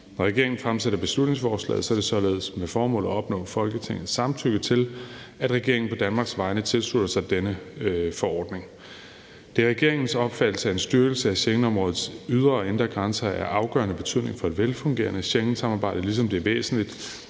Når regeringen fremsætter beslutningsforslaget, er det således med det formål at opnå Folketingets samtykke til, at regeringen på Danmarks vegne tilslutter sig denne forordning. Det er regeringens opfattelse, at en styrkelse af Schengenområdets ydre og indre grænser er af afgørende betydning for et velfungerende Schengensamarbejde, ligesom det er væsentligt,